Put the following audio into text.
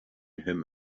him